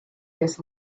this